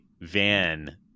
van